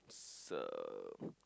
so